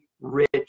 rich